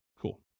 Cool